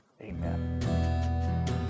Amen